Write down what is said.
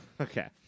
Okay